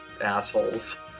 assholes